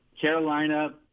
Carolina